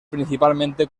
principalmente